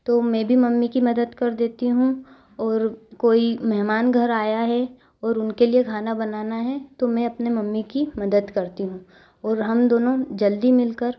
तो मैं भी मम्मी की मदद कर देती हूँ और कोई मेहमान घर आया है और उनके लिए खाना बनाना है तो मैं अपने मम्मी की मदद करती हूँ और हम दोनों जल्दी मिलकर